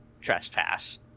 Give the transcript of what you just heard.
trespass